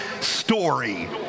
story